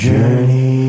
Journey